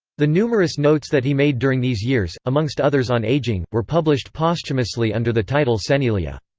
the numerous notes that he made during these years, amongst others on aging, were published posthumously under the title senilia.